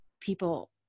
People